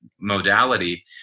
modality